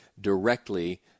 directly